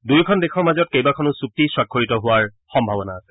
দুয়োখন দেশৰ মাজত কেইবাখনো চুক্তি স্বাক্ষৰিত হোৱাৰ সম্ভাৱনা আছে